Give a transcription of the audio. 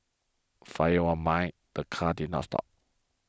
fired one mind the car did not stop